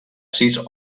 sis